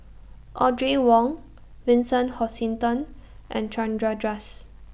Audrey Wong Vincent Hoisington and Chandra